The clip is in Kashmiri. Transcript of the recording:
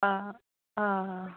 آ آ آ